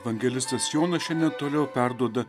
evangelistas jonas šiandien toliau perduoda